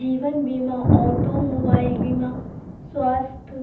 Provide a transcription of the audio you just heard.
जीवन बीमा, automobile बीमा, स्वास्थ्य